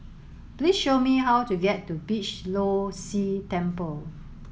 please show me how to get to Beeh Low See Temple